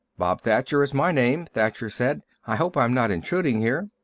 bob thacher is my name, thacher said. i hope i'm not intruding here.